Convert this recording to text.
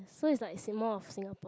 so is like s~ more of Singapore